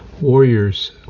Warriors